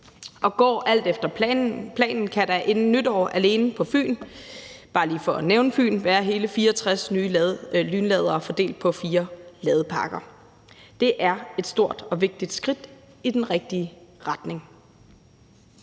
Og går alt efter planen, kan der inden nytår alene på Fyn – bare lige for at nævne Fyn – være hele 64 nye lynladere fordelt på 4 ladeparker. Det er et stort og vigtigt skridt i den rigtige retning.